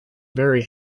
very